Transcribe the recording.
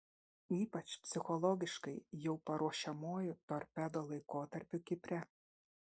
ypač psichologiškai jau paruošiamuoju torpedo laikotarpiu kipre